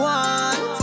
one